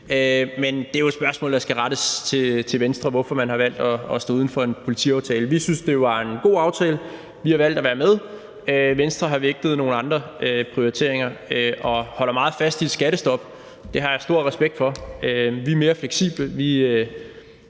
Men det er jo et spørgsmål, der skal rettes til Venstre, altså hvorfor man har valgt at stå uden for en politiaftale. Vi syntes, det var en god aftale, og vi har valgt at være med. Venstre har vægtet nogle andre prioriteringer og holder meget fast i et skattestop, og det har jeg stor respekt for. Vi er mere fleksible.